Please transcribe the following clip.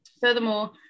Furthermore